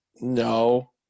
No